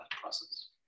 process